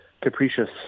capricious